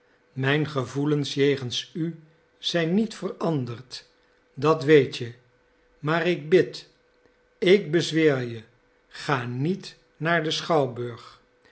mijn gevoelens jegens u zijn niet veranderd dat weet je maar ik bid ik bezweer je ga niet naar de schouwburg